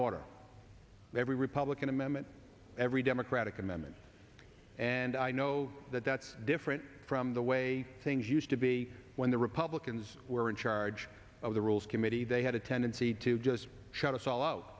order every republican amendment every democratic amendment and i know that that's different from the way things used to be when the republicans were in charge of the rules committee they had a tendency to just shut